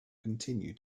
continue